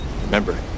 Remember